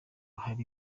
hari